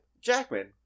Jackman